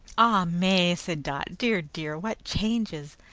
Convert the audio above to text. ah, may! said dot. dear, dear, what changes!